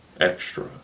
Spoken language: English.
extra